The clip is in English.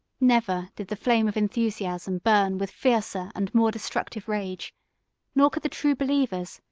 never did the flame of enthusiasm burn with fiercer and more destructive rage nor could the true believers,